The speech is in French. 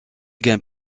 gagne